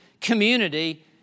community